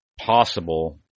possible